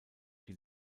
die